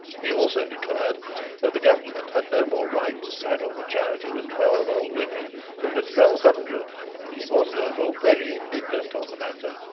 he also declared that the government had no more right to saddle the charity with twelve old women than with twelve hundred and he was, therefore, very indignant on the matter.